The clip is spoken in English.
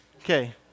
Okay